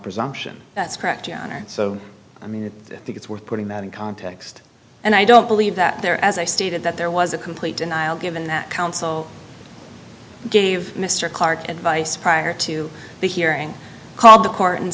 presumption that's correct so i mean i think it's worth putting that in context and i don't believe that there are as i stated that there was a complete denial given that council gave mr clarke advice prior to the hearing called the court and